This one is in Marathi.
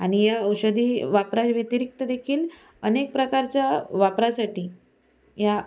आणि या औषधी वापरा व्यतिरिक्त देखील अनेक प्रकारच्या वापरासाठी या